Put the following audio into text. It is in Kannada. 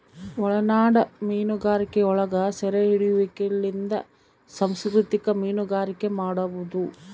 ಒಳನಾಡ ಮೀನುಗಾರಿಕೆಯೊಳಗ ಸೆರೆಹಿಡಿಯುವಿಕೆಲಿಂದ ಸಂಸ್ಕೃತಿಕ ಮೀನುಗಾರಿಕೆ ಮಾಡುವದು